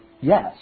yes